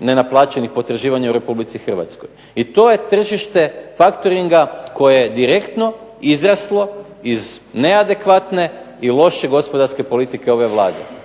nenaplaćenih potraživanja u Republici Hrvatskoj. To je tržište faktoringa koje je direktno izraslo iz neadekvatne i loše gospodarske politike ove vlade,